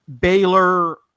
Baylor